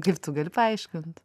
kaip tu gali paaiškint